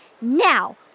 Now